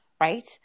right